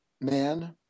man